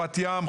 בת-ים,